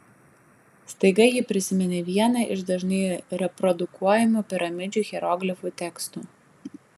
staiga ji prisiminė vieną iš dažnai reprodukuojamų piramidžių hieroglifų tekstų